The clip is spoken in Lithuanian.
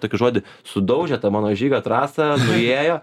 tokį žodį sudaužė tą mano žygio trasą nuėjo